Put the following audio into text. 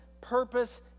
purpose